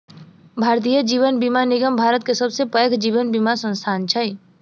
भारतीय जीवन बीमा निगम भारत के सबसे पैघ जीवन बीमा संस्थान छै